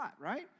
right